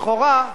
לכאורה,